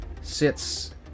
sits